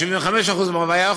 75% מהבעיה,